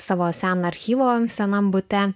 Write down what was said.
savo seną archyvą senam bute